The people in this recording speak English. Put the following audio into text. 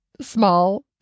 Small